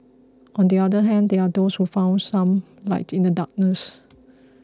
on the other hand there are those who found some light in the darkness